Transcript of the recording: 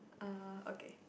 ah okay